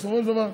בסופו של דבר,